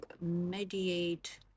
mediate